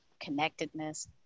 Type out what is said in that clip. connectedness